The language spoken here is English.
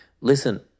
Listen